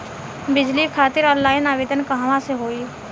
बिजली खातिर ऑनलाइन आवेदन कहवा से होयी?